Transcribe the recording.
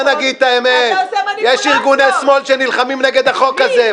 בוא נגיד את האמת יש ארגוני שמאל שנלחמים נגד החוק הזה.